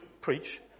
preach